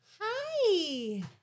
Hi